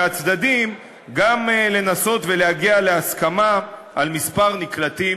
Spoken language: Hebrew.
מהצדדים גם לנסות ולהגיע להסכמה על מספר נקלטים